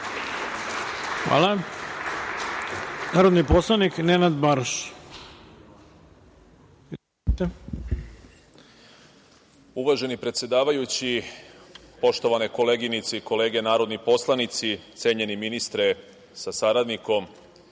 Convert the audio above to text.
Nenad Baroš. Izvolite. **Nenad Baroš** Uvaženi predsedavajući, poštovane koleginice i kolege narodni poslanici, cenjeni ministre sa saradnikom,